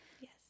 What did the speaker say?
yes